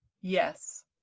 Yes